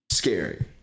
Scary